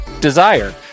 Desire